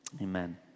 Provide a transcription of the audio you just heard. Amen